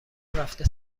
رفته